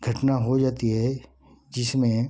घटना हो जाती है जिसमें